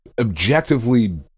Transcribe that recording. objectively